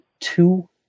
two